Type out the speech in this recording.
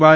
Y